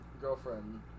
girlfriend